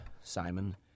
Simon